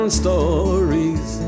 stories